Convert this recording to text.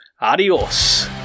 Adios